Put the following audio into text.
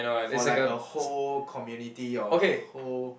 for like a whole community or whole